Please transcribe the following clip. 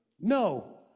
No